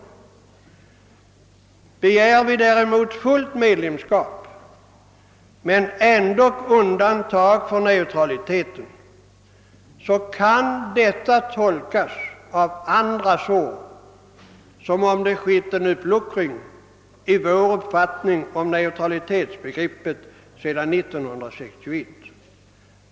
Begär vi däremot fullt medlemskap men ändock undantag för neutraliteten, kan detta av andra tolkas som om det skett en uppluckring i vår uppfattning av neutralitetsbegreppet sedan år 1961.